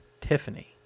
Tiffany